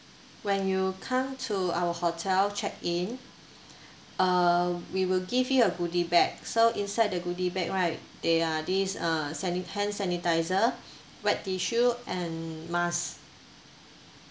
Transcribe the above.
when you come to our hotel check in uh we will give you a goodie bag so inside the goodie bag right there are these uh sani~ hand sanitiser wet tissue and mask